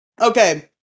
Okay